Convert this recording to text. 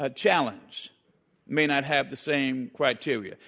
ah challenged may not have the same criteria,